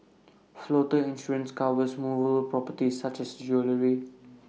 floater insurance covers movable properties such as jewellery